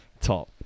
Top